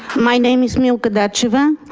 my name is milka detchova,